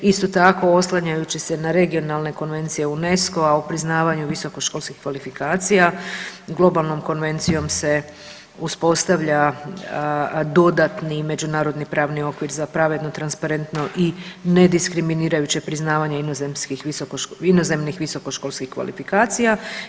Isto tako oslanjajući se na regionalne konvencije UNESCO-a o priznavanju visokoškolskih kvalifikacija globalnom konvencijom se uspostavlja dodatni međunarodni pravni okvir za pravedno, transparentno i ne diskriminirajuće priznavanje inozemnih visokoškolskih kvalifikacija.